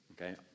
Okay